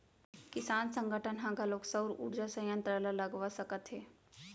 किसान संगठन ह घलोक सउर उरजा संयत्र ल लगवा सकत हे